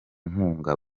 nkunga